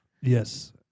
yes